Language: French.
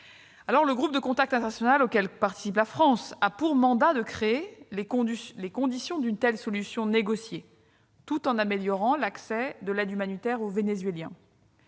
Le groupe de contact international, auquel participe la France, a pour mandat de créer les conditions d'une telle solution négociée, tout en améliorant l'accès de l'aide humanitaire aux Vénézuéliens.